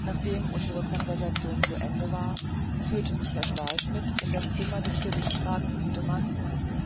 nachdem unsre conversation zu ende war führte mich herr stahlschmidt in das zimmer des regierungsrathes lüdemann